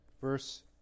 Verse